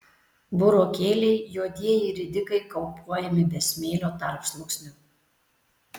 burokėliai juodieji ridikai kaupuojami be smėlio tarpsluoksnių